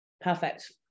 Perfect